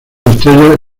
estrellas